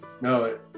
No